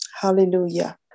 Hallelujah